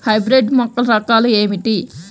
Hybrid మొక్కల రకాలు ఏమిటీ?